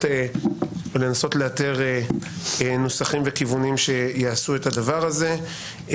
לאתר נוסחים וכיוונים שיעשו את הדבר הזה.